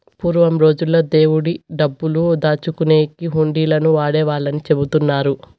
పూర్వం రోజుల్లో దేవుడి డబ్బులు దాచుకునేకి హుండీలను వాడేవాళ్ళని చెబుతున్నారు